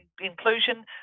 inclusion